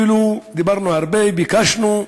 דיברנו הרבה, ביקשנו,